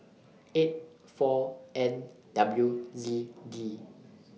eight four N W Z D